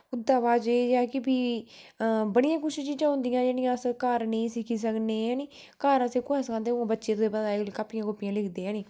ओह्दे बाद एह् ऐ कि भी बड़ियां कुछ चीजां होंदियां जेह्ड़ियां अस घर नेईं सिक्खी सकनें ऐनी घर असें ई कु'न सखांदा हून बच्चें तुहें ई पता अज्जकल कापियां कुपियां लिखदे ऐनी